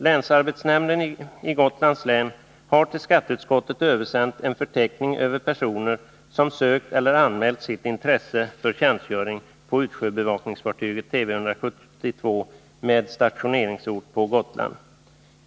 Länsarbetsnämnden i Gotlands län har till skatteutskottet översänt en förteckning över personer som sökt eller anmält sitt intresse för tjänstgöring på utsjöbevakningsfartyget Tv 172 med stationering på Gotland.